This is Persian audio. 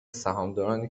سهامدارنی